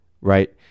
right